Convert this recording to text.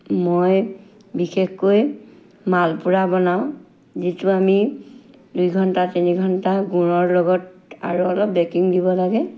মই বিশেষকৈ মালপোৱা বনাওঁ যিটো আমি দুই ঘণ্টা তিনি ঘণ্টা গুৰৰ লগত আৰু অলপ বেকিং দিব লাগে